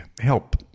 help